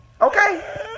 Okay